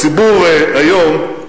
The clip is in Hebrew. הציבור היום,